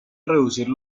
reducir